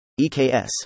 EKS